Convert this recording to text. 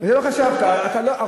לא חשבתי על זה.